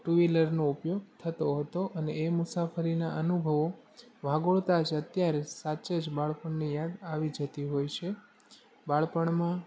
two વ્હીલરનો ઉપયોગ થતો હતો અને એ મુસાફરીના અનુભવો વાગોળતાં છે અત્યારે સાચે જ બાળપણની યાદ આવી જતી હોય છે બાળપણમાં